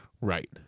Right